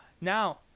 Now